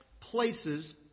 places